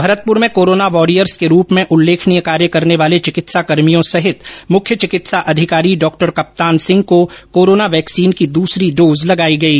भरतपूर में corona warriors के रूप में उल्लेखनीय कार्य करने वाले चिकित्साकर्भियों सहित मुख्य चिकित्सा अधिकारी डॉक्टर कप्तान सिंह को कोरोना वैक्सीन की दूसरी डोज लगाई गई